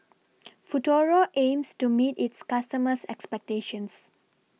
Futuro aims to meet its customers' expectations